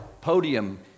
podium